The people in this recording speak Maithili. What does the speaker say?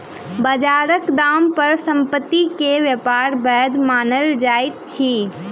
बजारक दाम पर संपत्ति के व्यापार वैध मानल जाइत अछि